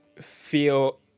feel